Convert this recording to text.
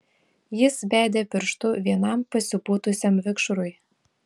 jis bedė pirštu vienam pasipūtusiam vikšrui